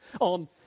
on